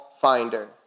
finder